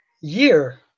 year